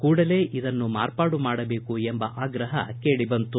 ಕೂಡಲೇ ಇದನ್ನು ಮಾರ್ಪಾಡು ಮಾಡಬೇಕು ಎಂಬ ಆಗ್ರಹ ಕೇಳಿ ಬಂತು